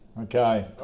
Okay